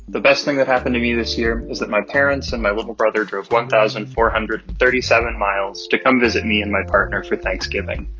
the best thing that happened to me this year was that my parents and my little brother drove one thousand four hundred and thirty seven miles to come visit me and my partner for thanksgiving.